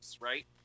right